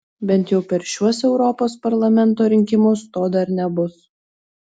bent jau per šiuos europos parlamento rinkimus to dar nebus